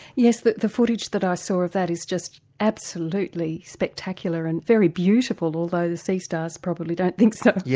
yes, the the footage that i saw of that is just absolutely spectacular and very beautiful, although the sea stars probably don't think so. yeah